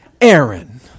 Aaron